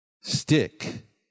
stick